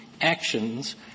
Actions